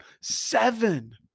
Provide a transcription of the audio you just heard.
Seven